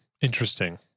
Interesting